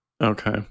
Okay